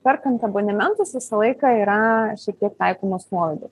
perkant abonementus visą laiką yra šiek tiek taikomos nuolaidos